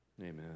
Amen